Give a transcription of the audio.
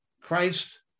Christ